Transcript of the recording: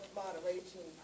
moderation